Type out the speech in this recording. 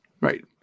right